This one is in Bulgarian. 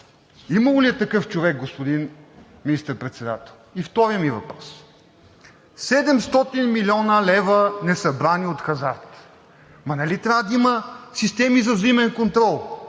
Имало ли е такъв човек, господин Министър-председател? И вторият ми въпрос – 700 млн. лв., несъбрани от хазарт. Ама нали трябва да има системи за взаимен контрол?